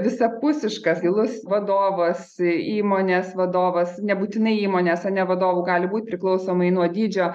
visapusiškas gilus vadovas įmonės vadovas nebūtinai įmonės ar ne vadovu gali būt priklausomai nuo dydžio